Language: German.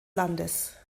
landes